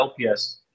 LPS